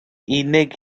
unig